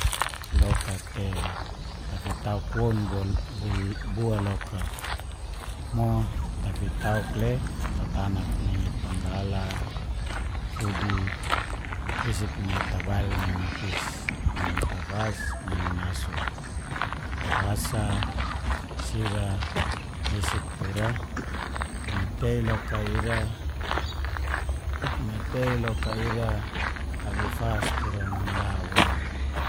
Loka te tafitauk woun bua bua loka, mo tafitauk le tatanan nini panggala, fudi, isik nai tabail nini pis nai tafas nini nasu, fasa, sira isik tura mei tei loka ira, mei tei loka ira tafifas tura manla woun?